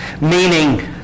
meaning